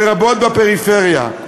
לרבות בפריפריה,